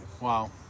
Wow